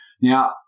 Now